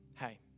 Hey